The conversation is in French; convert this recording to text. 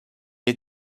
est